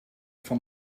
van